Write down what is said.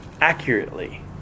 accurately